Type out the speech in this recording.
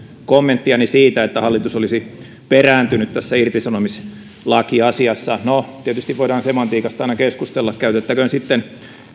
kommenttiani siitä että hallitus olisi perääntynyt tässä irtisanomislakiasiassa no tietysti voidaan semantiikasta aina keskustella käytettäköön sitten